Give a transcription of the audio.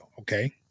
Okay